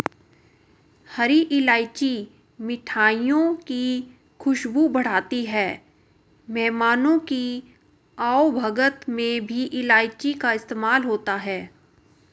हरी इलायची मिठाइयों की खुशबू बढ़ाती है मेहमानों की आवभगत में भी इलायची का इस्तेमाल होता है